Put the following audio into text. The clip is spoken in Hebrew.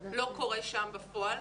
לא קורה שם בפועל.